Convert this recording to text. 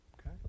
Okay